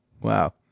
Wow